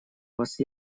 вас